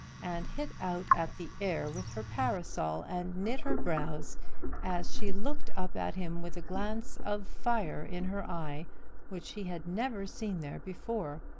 and hit out at the air with her parasol, and knit her brows as she looked up at him with a glance of fire in her eye which he had never seen there before.